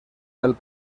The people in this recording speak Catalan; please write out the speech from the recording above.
del